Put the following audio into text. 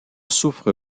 souffre